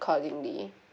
accordingly